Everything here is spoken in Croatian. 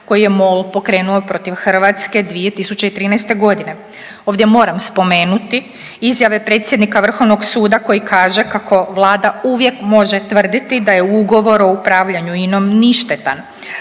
koje je MOL pokrenuo protiv Hrvatske 2013.g.. Ovdje moram spomenuti izjave predsjednika vrhovnog suda koji kaže kako vlada uvijek može tvrditi da je ugovor o upravljanju INA-om ništetan,